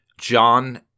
John